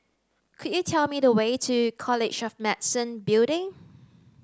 could you tell me the way to College of Medicine Building